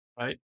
right